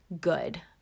Good